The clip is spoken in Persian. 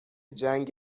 جنگ